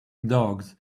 dogs